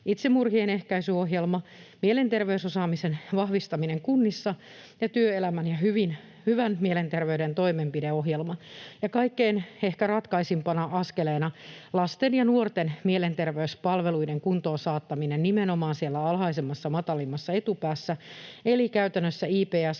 itsemurhien ehkäisyohjelma, mielenterveysosaamisen vahvistaminen kunnissa, työelämän ja hyvän mielenterveyden toimenpideohjelma ja ehkä kaikkein ratkaisevimpana askeleena lasten ja nuorten mielenterveyspalveluiden kuntoon saattaminen nimenomaan siellä alhaisemmassa, matalimmassa etupäässä, eli käytännössä IPS